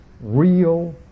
real